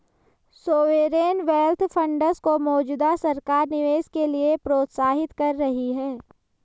sovereign wealth funds को मौजूदा सरकार निवेश के लिए प्रोत्साहित कर रही है